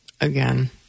Again